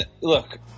look